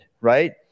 Right